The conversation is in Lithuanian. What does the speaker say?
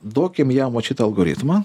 duokim jam vat šitą algoritmą